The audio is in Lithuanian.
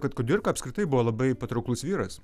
kad kudirka apskritai buvo labai patrauklus vyras